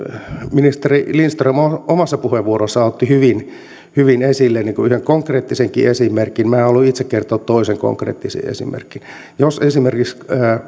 ministeri lindström omassa puheenvuorossaan otti hyvin hyvin esille yhden konkreettisenkin esimerkin ja minä haluan itse kertoa toisen konkreettisen esimerkin esimerkiksi